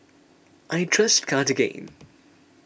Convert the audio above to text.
I trust Cartigain